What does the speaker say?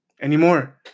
anymore